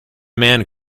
man